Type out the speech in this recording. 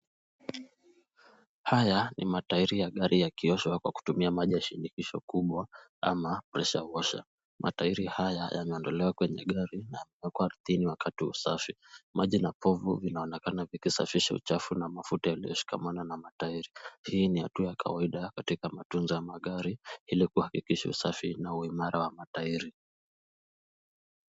Haya ni matairi ya gari yakioshwa kwa kutumia maji ya shinikizo kubwa ama (cs) pressure washer (cs). Matairi haya yameondolewa kwenye gari na kuwekwa ardhini wakati wa usafi. Maji na povu inaonekana vikisafisha uchafu na mafuta yaliyoshikamana na matairi. Hii ni hatua ya kawaida katika matunza ya magari ili kuhakikisha usafi na uimara wa matairi.